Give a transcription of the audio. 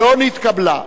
לא נתקבלה.